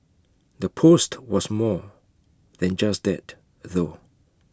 the post was more than just that though